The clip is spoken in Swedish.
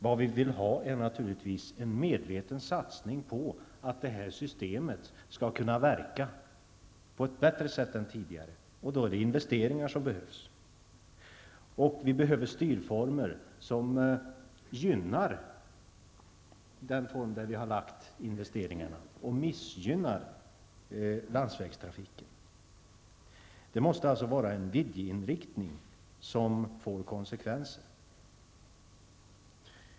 Vad vi vill ha är naturligtvis en medveten satsning så att detta system skall kunna verka på ett bättre sätt än tidigare, och då är det investeringar som behövs. Vi behöver styrformer som gynnar det trafikslag som vi lagt investeringarna och som missgynnar landsvägstrafiken. Det måste till en viljeinriktning som får konsekvenser.